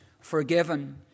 forgiven